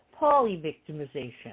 polyvictimization